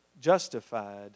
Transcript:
justified